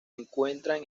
encuentran